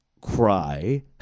Cry